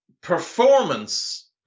performance